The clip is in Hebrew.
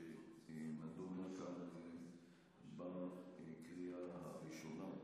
שנדונה כאן בקריאה הראשונה.